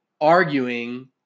arguing